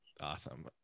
Awesome